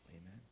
amen